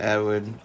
Edward